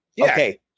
Okay